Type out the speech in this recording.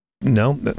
No